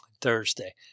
Thursday